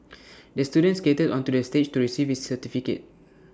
the student skated onto the stage to receive his certificate